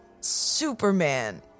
Superman